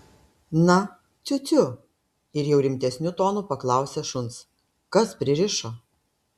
na ciu ciu ir jau rimtesniu tonu paklausė šuns kas pririšo